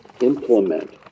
implement